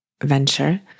venture